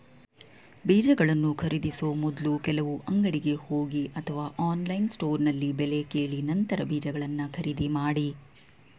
ಬೀಜಗಳನ್ನು ಖರೀದಿಸೋ ಮೊದ್ಲು ಕೆಲವು ಅಂಗಡಿಗೆ ಹೋಗಿ ಅಥವಾ ಆನ್ಲೈನ್ ಸ್ಟೋರ್ನಲ್ಲಿ ಬೆಲೆ ಕೇಳಿ ನಂತರ ಬೀಜಗಳನ್ನ ಖರೀದಿ ಮಾಡಿ